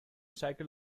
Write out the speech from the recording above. cycled